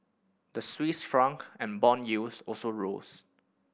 the Swiss franc and bond yields also rose